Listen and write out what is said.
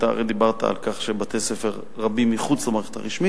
אתה הרי דיברת על כך שיש בתי-ספר רבים מחוץ למערכת הרשמית,